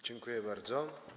Dziękuję bardzo.